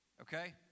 Okay